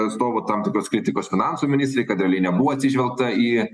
atstovų tam tikros kritikos finansų ministrei kad realiai nebuvo atsižvelgta į